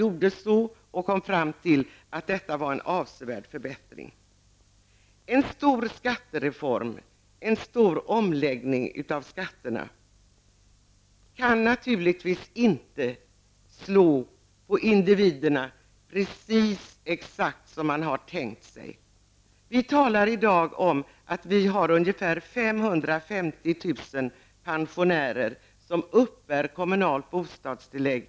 Så skedde också, och man kom fram till att förslaget innebar en avsevärd förbättring. En stor skattereform, dvs. en stor omläggning av skatterna, kan naturligtvis inte få exakt det utslag beträffande de enskilda individerna som man har tänkt sig. Vi talar i dag om att det är ungefär 550 000 pensionärer som uppbär kommunalt bostadstillägg.